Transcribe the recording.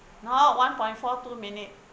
oh one point four two minute